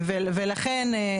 ולכן,